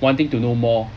wanting to know more